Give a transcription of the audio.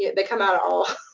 they come out at all